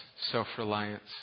self-reliance